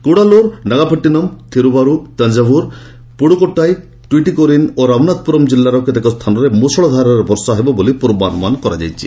କୁଡ଼ାଲୋର ନାଗାପଟିନମ୍ ଥିରୁଭାରୁ ତଞ୍ଜାଭୁର୍ ପୁଡୁକୋଟାଇ ଟ୍ୱିଟିକୋରିନ୍ ଓ ରାମନାଥପୁରମ୍ ଜିଲ୍ଲାର କେତେକ ସ୍ଥାନରେ ମୃଷଳ ଧାରାରେ ବର୍ଷା ହେବ ବୋଲି ପୂର୍ବାନୁମାନ କରାଯାଇଛି